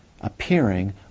appearing